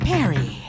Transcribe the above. Perry